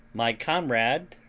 my comrade,